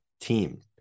team